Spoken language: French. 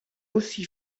aussi